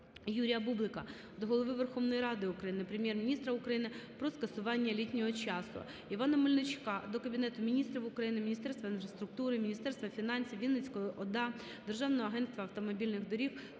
Юрія Бублика до Голови Верховної Ради України, Прем'єр-міністра України про скасування літнього часу. Івана Мельничука до Кабінету Міністрів України, Міністерства інфраструктури України, Міністерства фінансів України, Вінницької ОДА, Державного агентства автомобільних доріг,